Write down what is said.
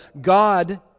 God